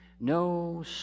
No